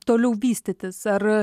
toliau vystytis ar